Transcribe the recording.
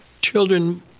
children